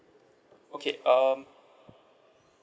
okay um